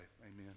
Amen